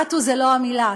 עטו זה לא המילה,